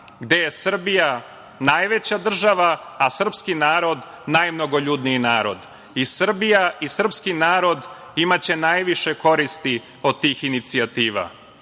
gde je Srbija najveća država, a srpski narod najmnogoljudniji narod. I Srbija i srpski narod imaće najviše koristi od tih inicijativa. Oni